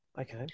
Okay